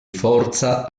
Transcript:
forza